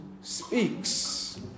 speaks